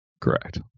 Correct